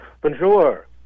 Bonjour